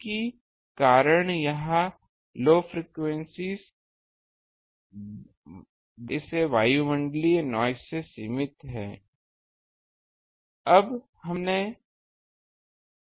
क्योंकि कारण यह लो फ्रेक्वेंसीएस वायुमंडलीय नॉइस पर हावी है इसका मतलब है पूरे रेडियो रिसेप्शन जो इस वायुमंडलीय नॉइस से सीमित है